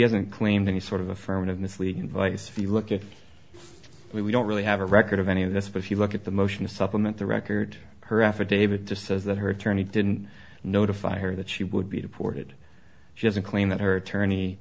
hasn't claimed any sort of affirmative misleading advice if you look at we don't really have a record of any of this but if you look at the motion to supplement the record her affidavit just says that her attorney didn't notify her that she would be deported she doesn't claim that her attorney